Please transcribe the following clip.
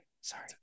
Sorry